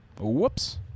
whoops